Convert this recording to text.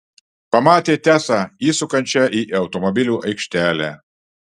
pamatė tesą įsukančią į automobilių aikštelę